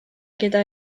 gyda